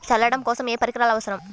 చల్లడం కోసం ఏ పరికరాలు అవసరం?